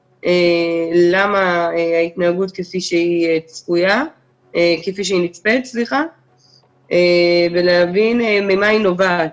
למה ההתנהגות כפי שהיא נצפית ולהבין ממה היא נובעת.